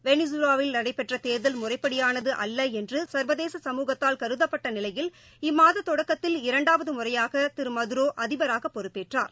வெனிசுவேலாவில் நடைபெற்ற தேர்தல் முறைப்படியானது அல்ல என்று சுர்வதேச சமூகத்தால் கருதப்பட்ட நிலையில் இம்மாத தொடக்கத்தில் இரண்டாவது முறையாக திரு மதுரோ அதிபராக பொறப்பேற்றார்